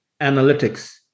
analytics